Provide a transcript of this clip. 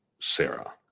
Sarah